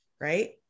right